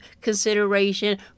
consideration